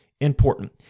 important